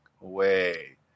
away